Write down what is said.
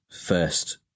first